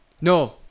No